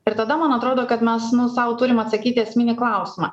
ir tada man atrodo kad mes nu sau turim atsakyti esminį klausimą